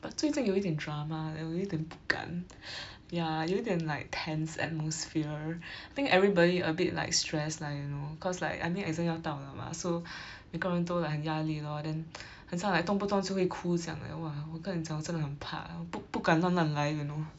but 最近有一点 drama leh 我有一点不敢 ya 有一点 like tense atmosphere think everybody a bit like stress lah you know cause like I mean exam 要到了 mah so 每个人都 like 很压力 lor then 很像 like 动不动就会哭这样 leh 哇我跟你讲我真的很怕 eh 我不不敢乱乱来 you know